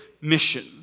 mission